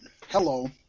hello